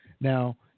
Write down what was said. Now